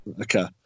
Okay